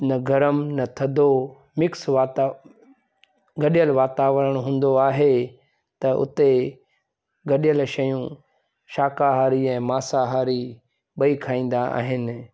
न गरम न थधो मिक्स वाता गॾियल वातावरणु हूंदो आहे त उते गॾियल शयूं शाकाहारी ऐं मांसाहारी ॿई खाईंदा आहिनि